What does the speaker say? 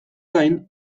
gain